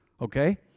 okay